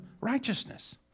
righteousness